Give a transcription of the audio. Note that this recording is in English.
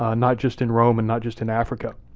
ah not just in rome, and not just in africa.